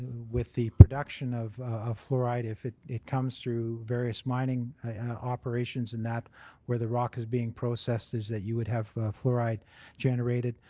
with the production of ah fluoride if it it comes through various mining operations and that where the rock is being processed is that you would have fluoride generated.